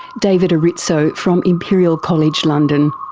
david erritzoe from imperial college, london.